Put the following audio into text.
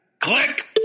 Click